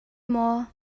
maw